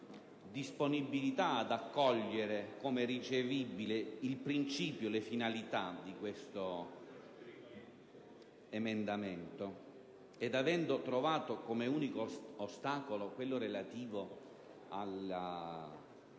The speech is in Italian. disponibilità ad accogliere come ricevibile le finalità di questo emendamento e avendo trovato come unico ostacolo quello relativo alla